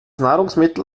nahrungsmittel